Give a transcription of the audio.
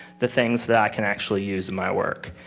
the things that i can actually use in my work.